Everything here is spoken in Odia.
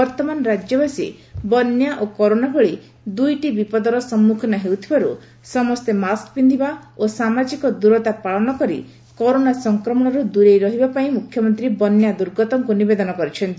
ବର୍ତ୍ଉମାନ ରାଜ୍ୟବାସୀ ବନ୍ୟା ଓ କରୋନା ଭଳି ଦୁଇଟି ବିପଦର ସମ୍ମୁଖୀନ ହେଉଥିବାରୁ ସମସେ ମାସ୍କ ପିନ୍ଧିବା ସାମାଜିକ ଦୂରତା ପାଳନ କରି କରୋନା ସଂକ୍ରମଶରୁ ଦୂରେଇ ରହିବାପାଇଁ ମୁଖ୍ୟମନ୍ତୀ ବନ୍ୟା ଦୁର୍ଗତଙ୍କୁ ନିବେଦନ କରିଛନ୍ତି